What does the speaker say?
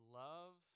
love